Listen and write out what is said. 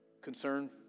concern